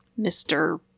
Mr